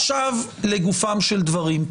עכשיו לגופם של דברים.